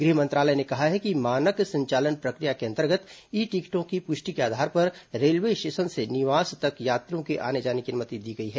गृह मंत्रालय ने कहा है कि मानक संचालन प्रक्रिया के अंतर्गत ई टिकटों की पुष्टि के आधार पर रेलवे स्टेशन से निवास तक यात्रियों के आने जाने की अनुमति दी गई है